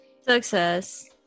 Success